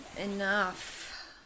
Enough